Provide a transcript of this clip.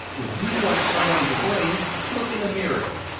if you want somebody to blame, look in a mirror!